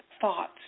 thoughts